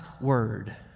word